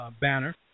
banner